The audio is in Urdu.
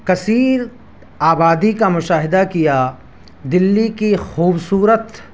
کثیر آبادی کا مشاہدہ کیا دلّی کی خوبصورت